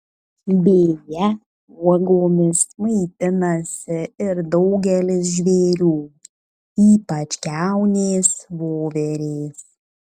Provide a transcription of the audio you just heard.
beje uogomis maitinasi ir daugelis žvėrių ypač kiaunės voverės